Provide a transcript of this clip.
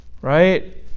right